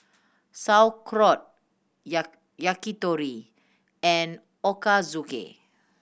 Sauerkraut Yakitori and Ochazuke